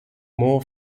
more